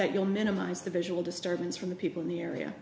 that you'll minimize the visual disturbance from the people in the area